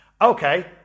Okay